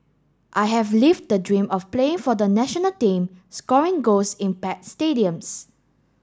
I have lived the dream of playing for the national team scoring goals in packed stadiums